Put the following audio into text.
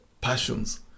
passions